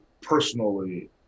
personally